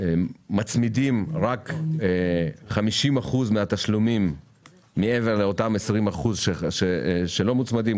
ואנחנו מצמידים רק 50% מהתשלומים מעבר לאותם 20% שלא מוצמדים,